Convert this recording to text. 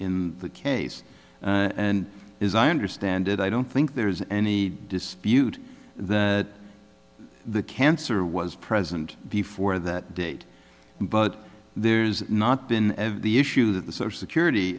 in the case and is i understand it i don't think there's any dispute that the cancer was present before that date but there's not been the issue that the social security